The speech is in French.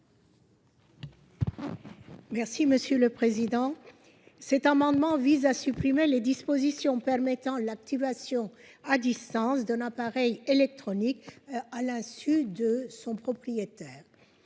Mme Esther Benbassa. Cet amendement vise à supprimer les dispositions permettant l'activation à distance d'un appareil électronique à l'insu de son propriétaire.